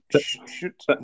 shoot